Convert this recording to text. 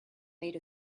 made